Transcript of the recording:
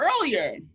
earlier